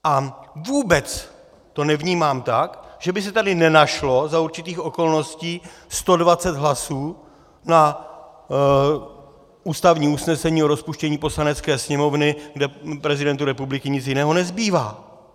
A vůbec to nevnímám tak, že by se tady nenašlo za určitých okolností 120 hlasů na ústavní usnesení o rozpuštění Poslanecké sněmovny, kde prezidentu republiky nic jiného nezbývá.